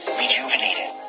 rejuvenated